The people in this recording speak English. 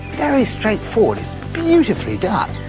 very straightforward, it's beautifully done.